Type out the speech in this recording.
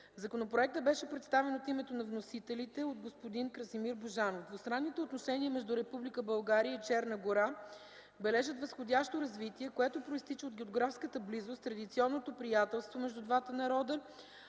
Законопроектът беше представен от името на вносителя от господин Красимир Божанов. Двустранните отношения между Република България и Черна гора бележат възходящо развитие, което произтича от географската близост, традиционното приятелство между двата народа,